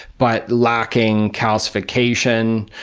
but lacking calcification,